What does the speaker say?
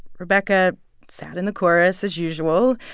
rebecca sat in the chorus as usual,